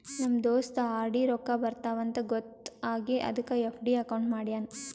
ನಮ್ ದೋಸ್ತ ಆರ್.ಡಿ ರೊಕ್ಕಾ ಬರ್ತಾವ ಅಂತ್ ಗೊತ್ತ ಆಗಿ ಅದಕ್ ಎಫ್.ಡಿ ಅಕೌಂಟ್ ಮಾಡ್ಯಾನ್